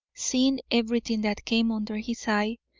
seeing everything that came under his eye,